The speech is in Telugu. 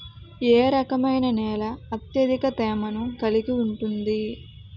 ఏ రకమైన నేల అత్యధిక తేమను కలిగి ఉంటుంది?